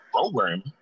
program